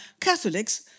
Catholics